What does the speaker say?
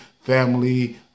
family